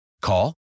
Call